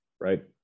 right